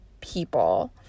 people